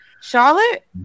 Charlotte